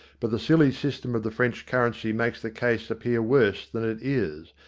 but the silly system of the french currency makes the case appear worse than it is,